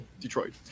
Detroit